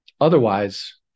Otherwise